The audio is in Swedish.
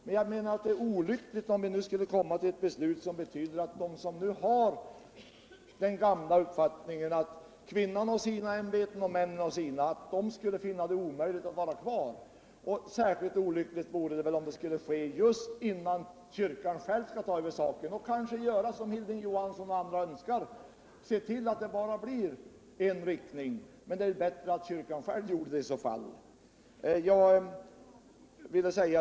Men jag menar att det är olyckligt om vi nu kommer till ett beslut som betyder att de som nu har den gamla uppfattningen att kvinnorna har sina ämbeten och männen sina skulle finna det omöjligt att vara kvar i kyrkan. Och särskilt olyckligt vore det väl om detta skulle ske just innan kyrkan själv skall ta över det hela och kanske göra som Hilding Johansson och andra önskar: se till att det blir bara en riktning. Det är ju bättre om kyrkan själv åstadkommer det.